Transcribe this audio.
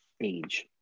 age